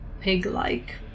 pig-like